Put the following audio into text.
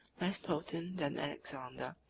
less potent than alexander,